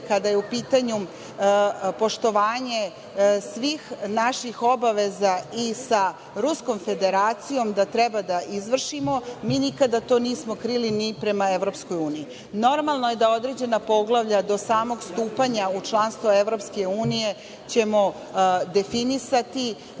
kada je u pitanju poštovanje svih naših obaveza i sa Ruskom Federacijom, da treba da izvršimo, mi nikada to nismo krili ni prema EU.Normalno je da određena poglavlja do samog stupanja u članstvo EU ćemo definisati na